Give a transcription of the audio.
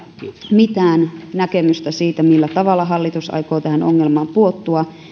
mitään näkemystä siitä millä tavalla hallitus aikoo tähän ongelmaan puuttua